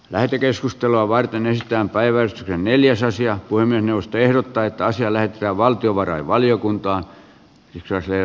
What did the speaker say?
lähetekeskustelua varten yhtään päiväys neljäsosia voimme puhemiesneuvosto ehdottaa että asia lähetetään valtiovarainvaliokuntaan